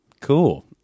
cool